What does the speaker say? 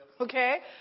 Okay